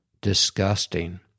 Disgusting